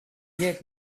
yet